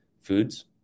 foods